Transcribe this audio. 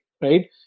right